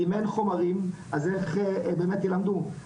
אם אין חומרים אז איך באמת ילמדו,